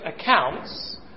accounts